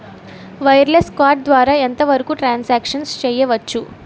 Wireless card ద్వారా ఎంత వరకు ట్రాన్ సాంక్షన్ చేయవచ్చు?